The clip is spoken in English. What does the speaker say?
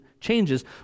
changes